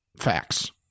facts